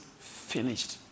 finished